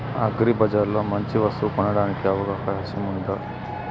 అగ్రిబజార్ లో మంచి వస్తువు కొనడానికి అవకాశం వుందా?